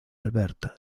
alberta